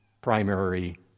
primary